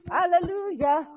Hallelujah